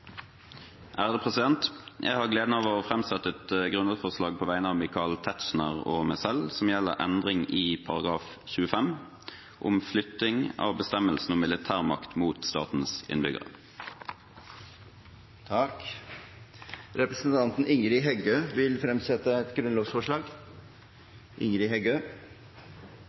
Jeg har gleden av å framsette et grunnlovsforslag på vegne av representanten Michael Tetzschner og meg selv som gjelder endring i § 25, om flytting av bestemmelsen om militærmakt mot innbyggerne. Representanten Ingrid Heggø vil fremsette et grunnlovsforslag.